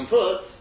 put